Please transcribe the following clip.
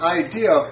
idea